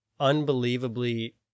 unbelievably